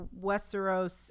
Westeros